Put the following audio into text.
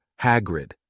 Hagrid